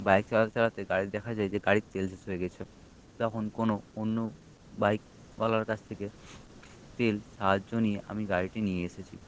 bike চালাতে চালাতে গাড়ির দেখা যায় যে গাড়ির তেল শেষ হয়ে গিয়েছে তখন কোনো অন্য বাইকওয়ালার কাছ থেকে তেল সাহায্য নিয়ে আমি গাড়িটি নিয়ে এসেছি